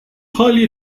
highly